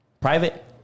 Private